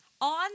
on